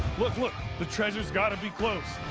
look, look. the treasure's gotta be close.